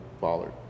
Bollard